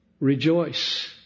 Rejoice